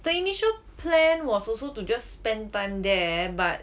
the initial plan was also to just spend time there but